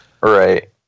Right